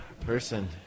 person